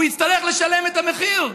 הוא יצטרך לשלם את המחיר,